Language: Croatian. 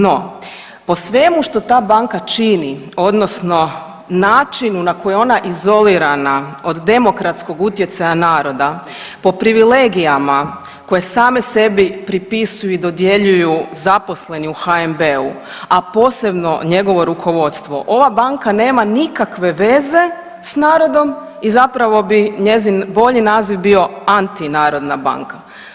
No, po svemu što ta banka čini odnosno načinu na koji je ona izolirana od demokratskog utjecaja naroda po privilegijama koje sami sebi pripisuju i dodjeljuju zaposleni u HNB-u, a posebno njegovo rukovodstvo, ova banka nema nikakve veze s narodom i zapravo bi njezin bolji naziv bio antinarodna banka.